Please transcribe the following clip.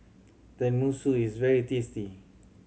tenmusu is very tasty